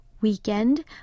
Weekend